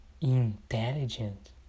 intelligent